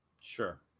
Sure